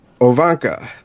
Ovanka